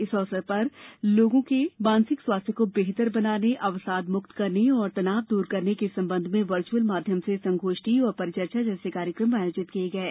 इस अवसर पर लोगों के मानसिक स्वास्थ्य को बेहतर बनाने अवसादमुक्त करने और तनाव दूर करने के संबंध में वर्चुअल माध्यम से संगोष्ठी और परिचर्चा जैसे कार्यकम आयोजित किये गये